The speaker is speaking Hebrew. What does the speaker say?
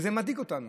זה מדאיג אותנו.